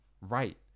Right